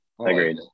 Agreed